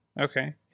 Okay